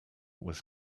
was